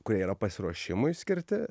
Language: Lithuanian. kurie yra pasiruošimui skirti